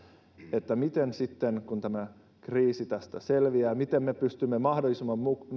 miten sitten kun tämä kriisi tästä selviää miten me pääsemme mahdollisimman